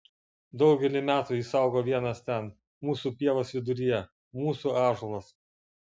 daugelį metų jis augo vienas ten mūsų pievos viduryje mūsų ąžuolas